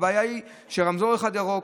הבעיה היא שרמזור אחד ירוק,